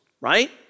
right